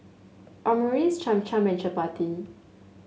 Omurice Cham Cham and Chapati